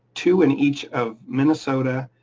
two in each of minnesota,